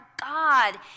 God